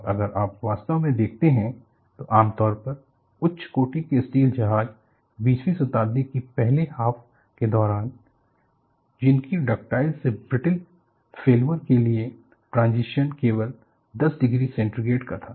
और अगर आप वास्तव में देखते हैं तो आमतौर पर उच्च कोटि के स्टील जहाज 20 वीं शताब्दी की पहली हाफ के दौरान जिसका डक्टाइल से ब्रिटल फेल्युअर के लिए ट्रांजिशन केवल 10 डिग्री सेंटीग्रेड का था